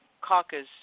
Caucus